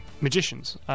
magicians